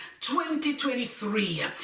2023